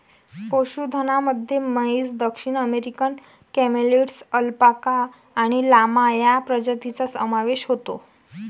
पशुधनामध्ये म्हैस, दक्षिण अमेरिकन कॅमेलिड्स, अल्पाका आणि लामा या प्रजातींचा समावेश होतो